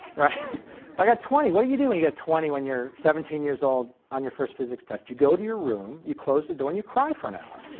right. but i got twenty, what do you do when you get twenty when you're seventeen years old on your first physics test? you go to your room, you close the door and you cry for an hour.